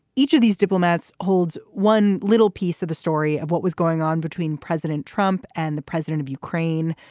each of these diplomats holds one little piece of the story of what was going on between president trump and the president of ukraine.